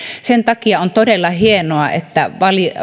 sen takia on todella hienoa että